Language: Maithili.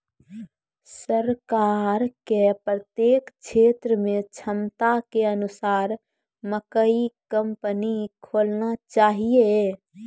सरकार के प्रत्येक क्षेत्र मे क्षमता के अनुसार मकई कंपनी खोलना चाहिए?